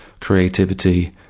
creativity